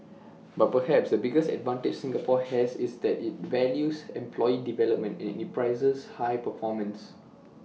but perhaps the biggest advantage Singapore has is that IT values employee development and IT prizes high performance